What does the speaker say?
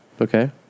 Okay